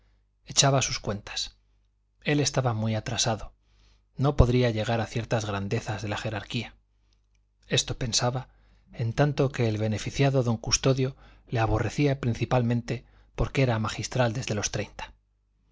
echaba sus cuentas él estaba muy atrasado no podría llegar a ciertas grandezas de la jerarquía esto pensaba en tanto que el beneficiado don custodio le aborrecía principalmente porque era magistral desde los treinta